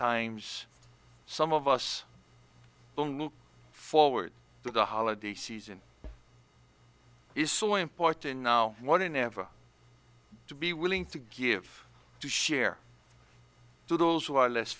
times some of us don't look forward to the holiday season is so important now one ever to be willing to give to share to those who are less